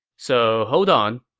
so hold on.